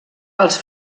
els